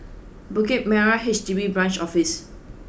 Bukit Merah H D B Branch Office